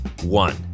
One